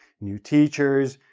new teachers,